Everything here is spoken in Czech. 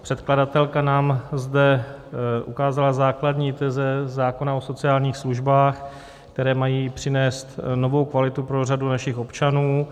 Předkladatelka nám zde ukázala základní teze zákona o sociálních službách, které mají přinést novou kvalitu pro řadu našich občanů.